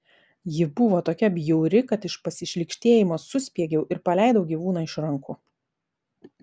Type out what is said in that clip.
ji buvo tokia bjauri kad iš pasišlykštėjimo suspiegiau ir paleidau gyvūną iš rankų